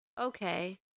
okay